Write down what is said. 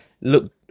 look